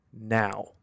now